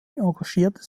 engagierte